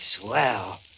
swell